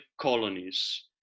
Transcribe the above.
colonies